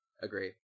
Agree